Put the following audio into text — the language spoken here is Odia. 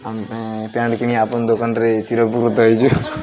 ଆମ ପାଇଁ ପ୍ୟାଣ୍ଟ କିିଣି ଆପଣ ଦୋକାନରେ ଚିରପକୃତ ହେଇଛୁ